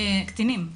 קטינים.